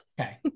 okay